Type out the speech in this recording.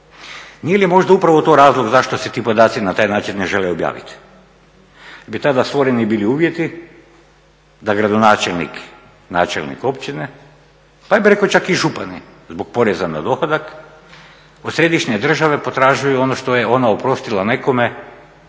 Nije li možda upravo to razlog zašto se ti podaci na taj način ne žele objaviti, bi tada stvoreni bili uvjeti da gradonačelnik, načelnik općine, pa ja bih rekao čak i župani zbog poreza na dohodak od središnje države potražuju ono što je ona oprostila nekome